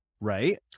Right